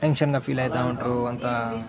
టెన్షన్గా ఫీల్ అవుతూ ఉంటారు అంత